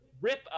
rip